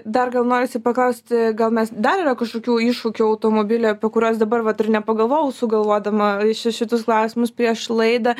dar gal norisi paklausti gal mes dar yra kažkokių iššūkių automobily apie kuriuos dabar vat ir nepagalvojau sugalvodama ši šitus klausimus prieš laidą